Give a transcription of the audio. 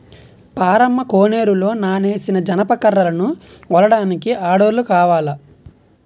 పారమ్మ కోనేరులో నానేసిన జనప కర్రలను ఒలడానికి ఆడోల్లు కావాల